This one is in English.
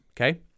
okay